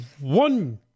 one